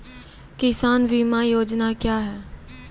किसान बीमा योजना क्या हैं?